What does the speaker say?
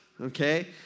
Okay